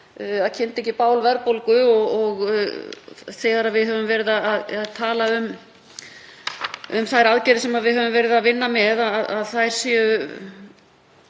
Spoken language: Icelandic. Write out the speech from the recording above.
að kynda ekki bál verðbólgu. Þegar við höfum verið að tala um þær aðgerðir sem við höfum verið að vinna með, að þær séu